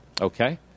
Okay